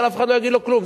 אף אחד לא יגיד לו כלום.